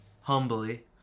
humbly